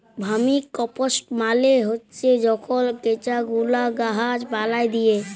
vermicompost মালে হছে যখল কেঁচা গুলা গাহাচ পালায় দিয়া